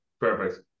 Perfect